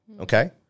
Okay